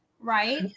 right